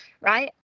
Right